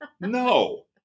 no